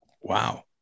Wow